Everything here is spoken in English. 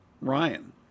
Ryan